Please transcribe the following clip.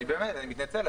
באמת, אני מתנצל.